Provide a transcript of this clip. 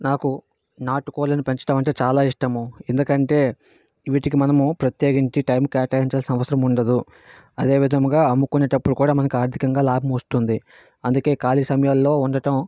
నాకు నాటు కోళ్ళను పెంచడం అంటే చాలా ఇష్టము ఎందుకంటే వీటికి మనము ప్రత్యేకించి టైం కేటాయించాల్సిన అవసరం ఉండదు అదే విధముగా అమ్ముకునేటప్పుడు కూడా మనకు ఆర్థికంగా లాభం వస్తుంది అందుకే ఖాళీ సమయాల్లో ఉండటం